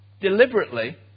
deliberately